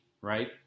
right